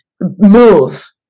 move